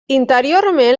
interiorment